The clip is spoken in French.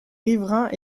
riverains